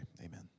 Amen